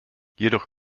jedoch